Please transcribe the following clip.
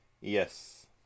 Yes